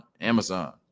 Amazon